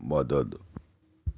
مدد